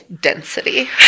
density